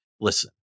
listen